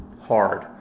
hard